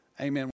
Amen